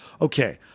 okay